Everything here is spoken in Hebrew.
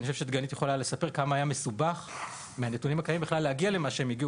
אני חושב שדגנית יכולה לספר עד כמה היה מסובך להגיע לנתונים.